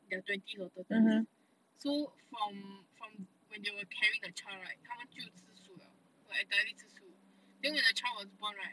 their twenties or thirties so from from when they were carrying the child right 她们就吃素 liao like entirely 吃素 then when the child was born right